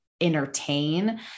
entertain